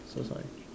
so sorry